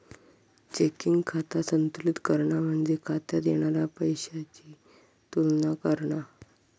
checking खाता संतुलित करणा म्हणजे खात्यात येणारा पैशाची तुलना करणा